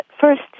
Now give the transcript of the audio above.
first